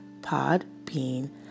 Podbean